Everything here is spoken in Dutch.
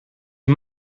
een